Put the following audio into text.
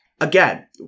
again